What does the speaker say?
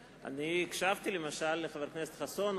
הקשבתי למשל לחבר הכנסת חסון,